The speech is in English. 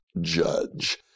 judge